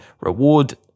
reward